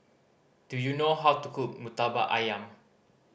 do you know how to cook Murtabak Ayam